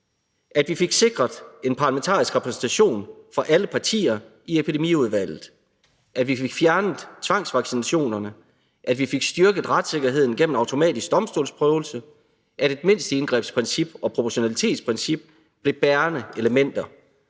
at vi fik sikret en parlamentarisk repræsentation fra alle partier i epidemiudvalget; at vi fik fjernet tvangsvaccinationerne; at vi fik styrket retssikkerheden gennem en automatisk domstolsprøvelse; at et mindsteindgrebsprincip og et proportionalitetsprincip blev bærende elementer;